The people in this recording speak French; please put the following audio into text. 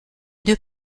deux